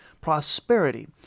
prosperity